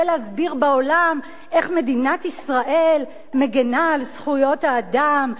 להסביר בעולם איך מדינת ישראל מגינה על זכויות האדם,